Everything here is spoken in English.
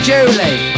Julie